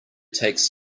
takes